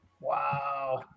Wow